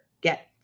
get